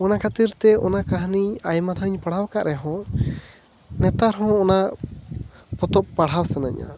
ᱚᱱᱟ ᱠᱷᱟᱹᱛᱤᱨ ᱛᱮ ᱚᱱᱟ ᱠᱟᱦᱟᱱᱤ ᱟᱭᱢᱟ ᱫᱷᱟᱣ ᱤᱧ ᱯᱟᱲᱦᱟᱣ ᱟᱠᱟᱫ ᱨᱮᱦᱚᱸ ᱱᱮᱛᱟᱨ ᱦᱚᱸ ᱚᱱᱟ ᱯᱚᱛᱚᱵ ᱯᱟᱲᱦᱟᱣ ᱥᱟᱱᱟᱹᱧᱟ